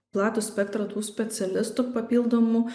platų spektrą tų specialistų papildomų